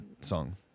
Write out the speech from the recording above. song